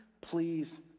please